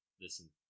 Listen